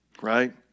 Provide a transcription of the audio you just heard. right